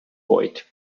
boyd